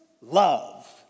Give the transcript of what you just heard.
love